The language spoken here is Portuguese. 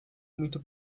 muito